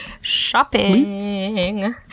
shopping